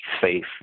safe